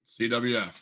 CWF